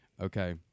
Okay